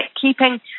keeping